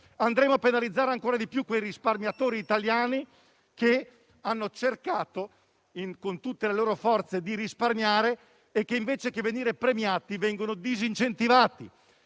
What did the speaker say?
Andremo a penalizzare ancora di più quei risparmiatori italiani che hanno cercato con tutte le loro forze di risparmiare e, invece di essere premiati, vengono disincentivati